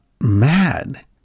mad